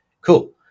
Cool